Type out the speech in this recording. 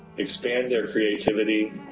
expand their creativity,